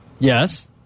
Yes